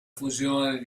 fusione